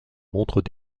montrent